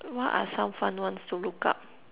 what are some fun ones to look up